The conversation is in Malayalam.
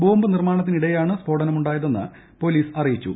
ബോംബ് നിർമ്മാണത്തിനിടെയാണ് സ്ഫോടനമുണ്ടായതെന്ന് പോലീസ് അറിയിച്ചു